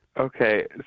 Okay